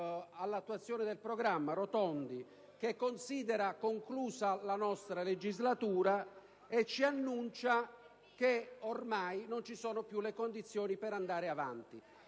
dell'attuazione del programma Rotondi, che considera conclusa la nostra legislatura e ci annuncia che ormai non ci sono più le condizioni per andare avanti.